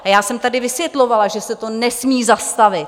Já jsem tady vysvětlovala, že se to nesmí zastavit.